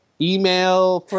Email